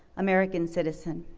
american citizen.